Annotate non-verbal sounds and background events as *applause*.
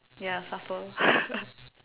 ya supper *laughs*